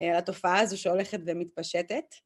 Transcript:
לתופעה הזו שהולכת ומתפשטת.